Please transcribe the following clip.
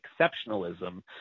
exceptionalism